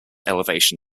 elevation